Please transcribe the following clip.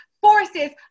forces